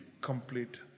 complete